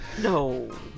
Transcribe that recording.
No